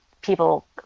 people